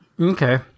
Okay